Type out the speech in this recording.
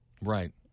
Right